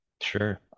sure